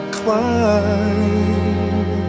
climb